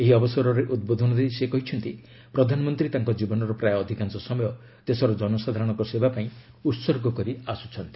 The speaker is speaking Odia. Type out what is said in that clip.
ଏହି ଅବସରରେ ଉଦ୍ବୋଧନ ଦେଇ ସେ କହିଛନ୍ତି ପ୍ରଧାନମନ୍ତ୍ରୀ ତାଙ୍କ ଜୀବନର ପ୍ରାୟ ଅଧିକାଂଶ ସମୟ ଦେଶର ଜନସାଧାରଣଙ୍କ ସେବା ପାଇଁ ଉତ୍ସର୍ଗ କରି ଆସ୍କଚ୍ଚନ୍ତି